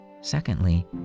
Secondly